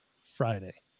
friday